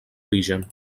origen